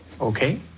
Okay